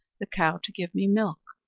the cow to give me milk,